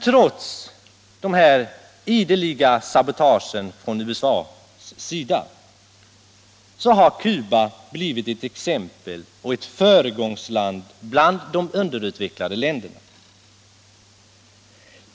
Trots dessa ideliga sabotage från USA har Cuba blivit ett exempel och ett föregångsland bland de underutvecklade länderna.